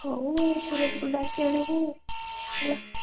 ହଉ ସୂରଜକୁ ଡାକି ଆଣିବୁ ହେଲା